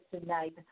tonight